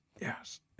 yes